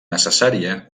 necessària